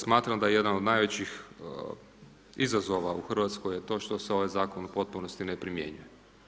Smatram da je jedan od najvećih izazova u Hrvatskoj je to što se ovaj zakon u potpunosti ne primjenjuje.